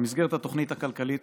בתוכנית הכלכלית